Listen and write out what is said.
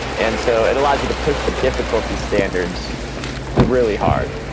and so it allows you to push the difficulties standards really hard.